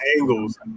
angles